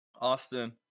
Austin